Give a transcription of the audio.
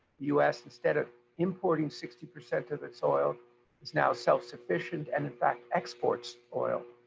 us instead of importing sixty percent of its oil is now self-sufficient, and in fact, exports oil.